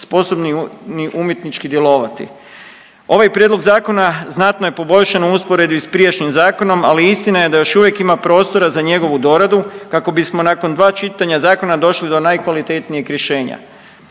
sposobni ni umjetnički djelovati. Ovaj prijedlog zakona znatno je poboljšan u usporedbi s prijašnjim zakonom, ali istina je da još uvijek ima prostora za njegovu doradu kako bismo nakon 2 čitanja zakona došli do najkvalitetnijeg rješenja.